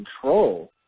control